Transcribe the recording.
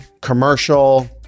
commercial